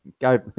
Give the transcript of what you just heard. Go